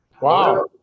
Wow